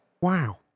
Wow